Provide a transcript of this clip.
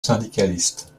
syndicaliste